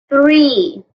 three